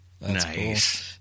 Nice